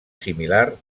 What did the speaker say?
similar